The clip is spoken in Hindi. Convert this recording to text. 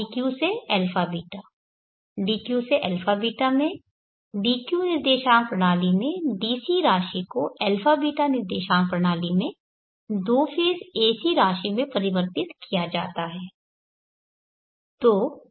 dq से αβ में dq निर्देशांक प्रणाली में DC राशि को αβ निर्देशांक प्रणाली में दो फेज़ AC राशि में परिवर्तित किया जाता है